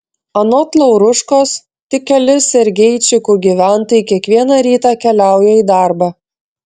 anot lauruškos tik keli sergeičikų gyventojai kiekvieną rytą keliauja į darbą